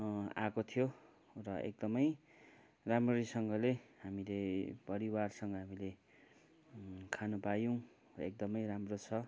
आएको थियो र एकदमै राम्ररीसँगले हामीले परिवारसँग हामीले खान पायौँ एकदमै राम्रो छ